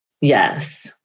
Yes